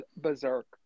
berserk